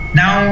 now